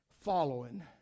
following